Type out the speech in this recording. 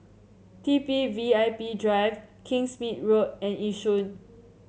T B V I P Drive Kingsmead Road and Yishun